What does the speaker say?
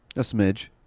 a smidge.